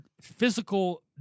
physical